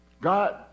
God